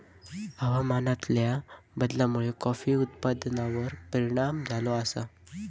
हवामानातल्या बदलामुळे कॉफी उत्पादनार परिणाम झालो आसा